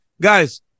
Guys